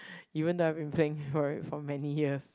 even though I've been for it for many years